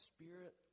Spirit